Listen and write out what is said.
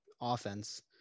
offense